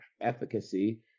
efficacy